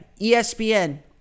ESPN